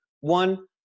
one